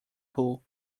pool